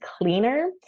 cleaner